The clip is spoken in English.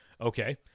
Okay